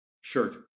shirt